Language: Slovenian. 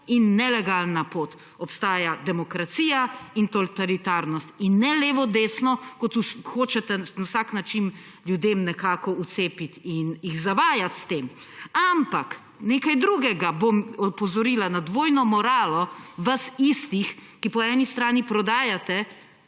in nelegalna pot, obstajata demokracija in totalitarnost in ne levo, desno, kot hočete na vsak način ljudem nekako vcepiti in jih zavajati s tem. Ampak na nekaj drugega bom opozorila. Na dvojno moralo vas istih, ki po eni strani prodajate,